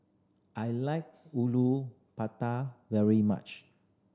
I like Matar very much